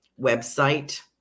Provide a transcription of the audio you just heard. website